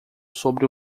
sobre